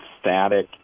static